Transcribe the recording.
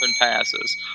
passes